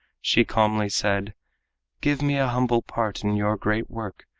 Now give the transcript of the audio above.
she calmly said give me a humble part in your great work,